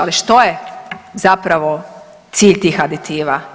Ali što je zapravo cilj tih aditiva?